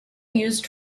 used